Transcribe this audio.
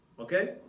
Okay